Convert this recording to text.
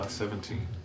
seventeen